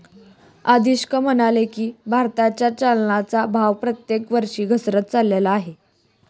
अधीक्षक म्हणाले की, भारताच्या चलनाचा भाव प्रत्येक वर्षी घसरत चालला आहे